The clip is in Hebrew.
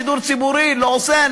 שידור ציבורי לא עושה,